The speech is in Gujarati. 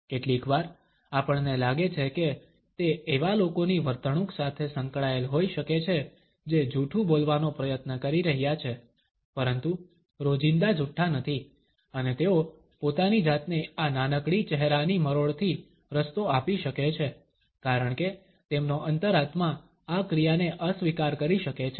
કેટલીકવાર આપણને લાગે છે કે તે એવા લોકોની વર્તણૂક સાથે સંકળાયેલ હોઈ શકે છે જે જૂઠું બોલવાનો પ્રયત્ન કરી રહ્યા છે પરંતુ રોજિંદા જૂઠ્ઠા નથી અને તેઓ પોતાની જાતને આ નાનકડી ચહેરાની મરોડથી રસ્તો આપી શકે છે કારણ કે તેમનો અંતરાત્મા આ ક્રિયાને અસ્વીકાર કરી શકે છે